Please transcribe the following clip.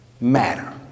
matter